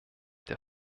der